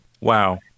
Wow